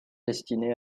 destinée